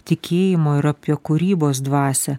tikėjimo ir apie kūrybos dvasią